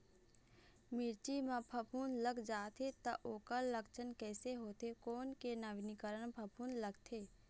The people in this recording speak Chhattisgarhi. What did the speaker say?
मिर्ची मा फफूंद लग जाथे ता ओकर लक्षण कैसे होथे, कोन के नवीनीकरण फफूंद लगथे?